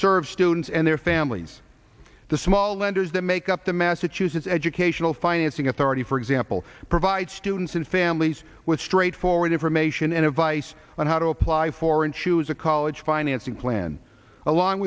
serve students and their families the small lenders that make up the massachusetts educational financing authority for example provide students and families with straightforward information and advice on how to apply for and choose a college financing plan along